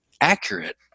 accurate